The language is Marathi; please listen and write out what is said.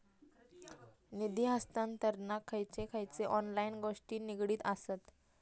निधी हस्तांतरणाक खयचे खयचे ऑनलाइन गोष्टी निगडीत आसत?